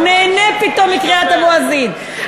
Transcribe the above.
הוא נהנה פתאום מקריאת המואזין,